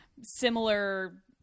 similar